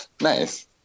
nice